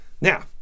Now